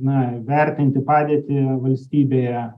na vertinti padėtį valstybėje